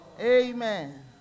Amen